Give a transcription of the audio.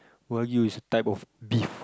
wagyu is type of beef